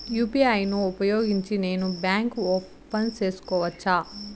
UPI ను ఉపయోగించి నేను బ్యాంకు ఓపెన్ సేసుకోవచ్చా?